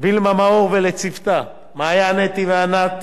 וילמה מאור ולצוותה: מעיין, אתי וענת,